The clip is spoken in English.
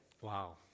wow